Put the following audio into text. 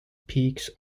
peaks